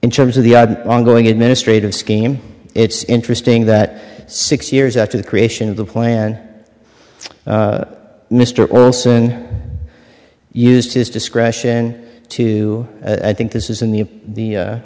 in terms of the ongoing administrative scheme it's interesting that six years after the creation of the plan mr olson used his discretion to i think this is in the